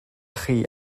chi